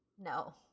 No